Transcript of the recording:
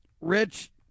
Rich